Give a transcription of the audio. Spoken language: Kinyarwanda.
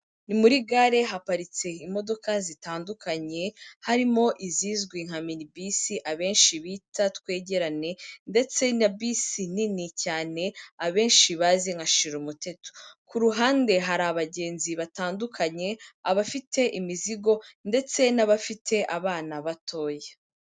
Ni muri gare haparitse imodoka zitandukanye, harimo izizwi nka mini bisi abenshi bita twegerane, ndetse na bisi nini cyane abenshi bazi nka shira umuteto, ku ruhande hari abagenzi batandukanye, abafite imizigo, ndetse n'abafite abana batoya.